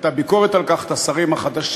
הייתה ביקורת על כך, את השרים החדשים,